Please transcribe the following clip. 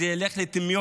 זה ירד לטמיון.